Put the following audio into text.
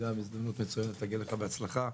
גם הזדמנות מצוינת להגיד לך בהצלחה.